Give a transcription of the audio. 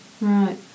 Right